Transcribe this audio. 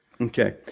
Okay